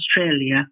Australia